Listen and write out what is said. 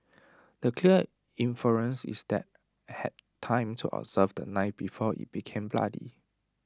the clear inference is that had time to observe the knife before IT became bloody